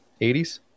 80s